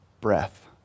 breath